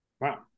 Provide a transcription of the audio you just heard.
Wow